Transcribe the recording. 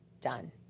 done